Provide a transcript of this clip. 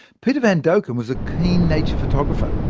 pieter can dokkum was a keen nature photographer,